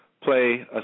play